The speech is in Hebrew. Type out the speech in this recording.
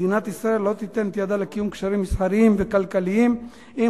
מדינת ישראל לא תיתן את ידה לקיום קשרים מסחריים וכלכליים עם